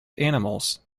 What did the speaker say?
animals